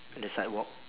at the sidewalk